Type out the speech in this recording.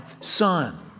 son